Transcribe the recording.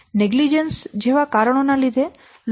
negligence જેવા કારણો ના લીધે લોકો પ્રોજેક્ટ ક્લોઝ નથી કરતા